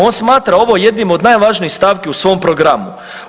On smatra ovo jednim od najvažnijih stavki u svom programu.